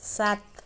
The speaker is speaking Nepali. सात